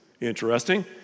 interesting